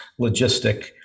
Logistic